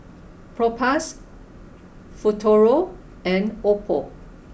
Propass Futuro and Oppo